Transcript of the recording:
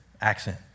accent